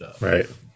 right